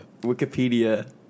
Wikipedia